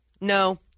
No